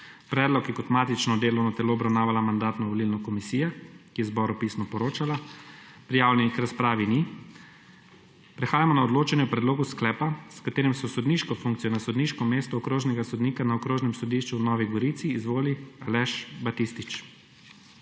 Predlog je kot matično delovno telo obravnavala Mandatno-volilna komisija, ki je zboru pisno poročala. Prijavljenih k razpravi ni. Prehajamo na odločanje o predlogu sklepa, s katerim so sodniško funkcijo na sodniško mesto okrožnega sodnika na Okrožnem sodišču v Novi Gorici izvoli Aleš Batistič.